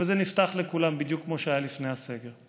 וזה נפתח לכולם בדיוק כמו שהיה לפני הסגר.